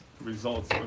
results